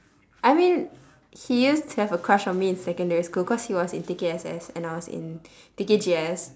I mean he used to have a crush on me in secondary school cause he was in T_K_S_S and I was in T_K_G_S